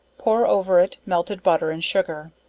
pour over it melted butter and sugar.